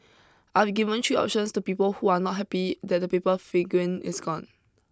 I've given three options to people who are not happy that the paper figurine is gone